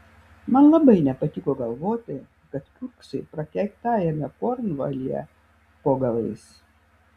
man labai nepatiko galvoti kad kiurksai prakeiktajame kornvalyje po galais